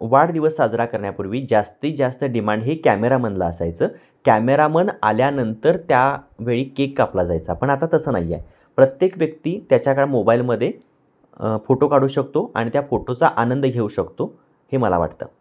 वाढदिवस साजरा करण्यापूर्वी जास्तीत जास्त डिमांड हे कॅमेरामनला असायचं कॅमेरामन आल्यानंतर त्यावेळी केक कापला जायचा पण आता तसं नाही आहे प्रत्येक व्यक्ती त्याच्याकडं मोबाईलमध्ये फोटो काढू शकतो आणि त्या फोटोचा आनंद घेऊ शकतो हे मला वाटतं